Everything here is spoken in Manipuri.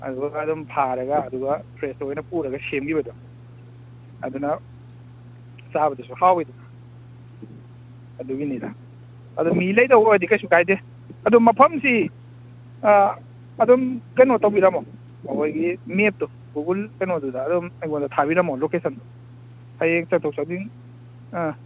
ꯑꯗꯨꯒ ꯑꯗꯨꯝ ꯐꯥꯔꯒ ꯑꯗꯨꯒ ꯐ꯭ꯔꯦꯁ ꯑꯣꯏꯅ ꯄꯨꯔꯒ ꯁꯦꯝꯈꯤꯕꯗꯣ ꯑꯗꯨꯅ ꯆꯥꯕꯗꯁꯨ ꯍꯥꯎꯋꯤꯗꯅ ꯑꯗꯨꯒꯤꯅꯤꯗ ꯑꯗꯣ ꯃꯤ ꯂꯩꯗꯧꯕ ꯑꯣꯏꯔꯗꯤ ꯀꯩꯁꯨ ꯀꯥꯏꯗꯦ ꯑꯗꯣ ꯃꯐꯝꯁꯤ ꯑꯗꯨꯝ ꯀꯩꯅꯣ ꯇꯧꯕꯤꯔꯝꯃꯣ ꯑꯩꯈꯣꯏꯒꯤ ꯃꯦꯞꯇꯣ ꯒꯨꯒꯜ ꯀꯩꯅꯣꯗꯨꯗ ꯑꯗꯨꯝ ꯑꯩꯉꯣꯟꯗ ꯊꯥꯕꯤꯔꯝꯃꯣ ꯂꯣꯀꯦꯁꯟꯗꯣ ꯍꯌꯦꯡ ꯆꯪꯊꯣꯛ ꯆꯪꯁꯤꯟ ꯑꯥ